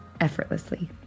effortlessly